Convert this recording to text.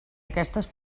aquestes